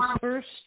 first